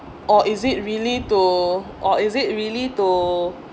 or is it really to or is it really to